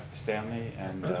stanley and